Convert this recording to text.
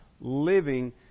living